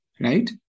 right